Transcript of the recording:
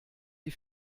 die